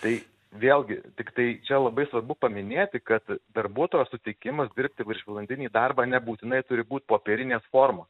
tai vėlgi tiktai čia labai svarbu paminėti kad darbuotojo sutikimas dirbti viršvalandinį darbą nebūtinai turi būt popierinės formos